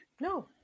No